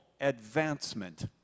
advancement